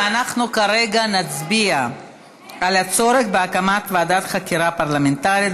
אנחנו כרגע נצביע על הצורך בהקמת ועדת חקירה פרלמנטרית